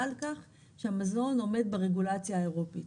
על כך שהמזון עומד ברגולציה האירופית